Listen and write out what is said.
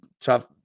tough